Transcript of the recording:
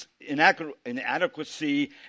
inadequacy